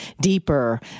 deeper